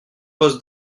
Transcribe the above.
poste